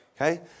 okay